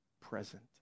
present